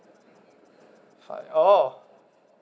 five oh